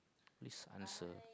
this answer